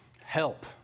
Help